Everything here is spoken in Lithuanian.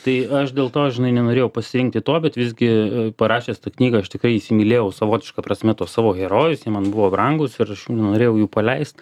tai aš dėl to žinai nenorėjau pasirinkti to bet visgi parašęs tą knygą aš tikrai įsimylėjau savotiška prasme tuos savo herojus jie man buvo brangūs ir aš jų nenorėjau jų paleist